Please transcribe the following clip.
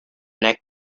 neck